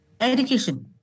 Education